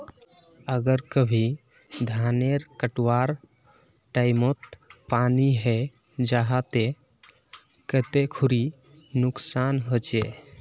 अगर कभी धानेर कटवार टैमोत पानी है जहा ते कते खुरी नुकसान होचए?